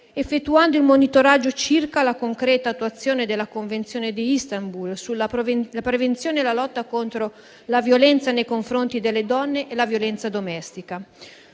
effettuando un monitoraggio circa la concreta attuazione della Convenzione di Istanbul, sulla prevenzione e la lotta contro la violenza nei confronti delle donne e la violenza domestica.